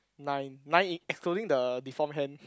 nine nine excluding the deform hand